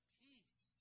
peace